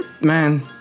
man